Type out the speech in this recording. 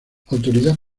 autoridad